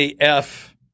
af